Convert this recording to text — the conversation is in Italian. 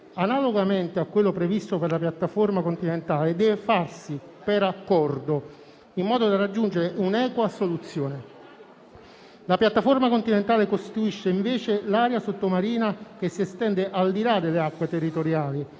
analogamente a quello previsto per la piattaforma continentale, deve farsi per accordo, in modo da raggiungere un'equa soluzione. La piattaforma continentale costituisce, invece, l'area sottomarina che si estende al di là delle acque territoriali